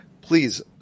please